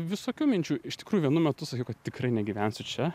visokių minčių iš tikrųjų vienu metu sakiau kad tikrai negyvensiu čia